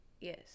Yes